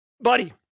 Buddy